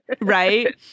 right